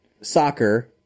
soccer